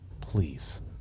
please